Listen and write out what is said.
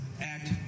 act